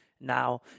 now